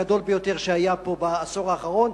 הגדול ביותר שהיה פה בעשור האחרון.